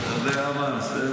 אתה יודע מה, בסדר.